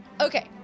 Okay